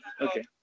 Okay